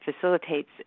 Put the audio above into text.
facilitates